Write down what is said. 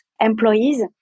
employees